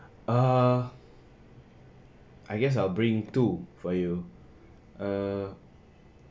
uh I guess I'll bring two for you err